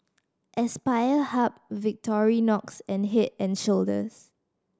Aspire Hub Victorinox and Head and Shoulders